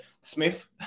Smith